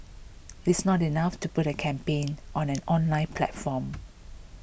it's not enough to put a campaign on an online platform